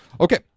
Okay